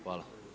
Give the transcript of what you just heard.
Hvala.